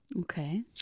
Okay